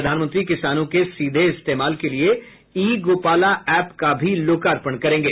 प्रधानमंत्री किसानों के सीधे इस्तेमाल के लिए ई गोपाला ऐप का भी लोकार्पण करेंगे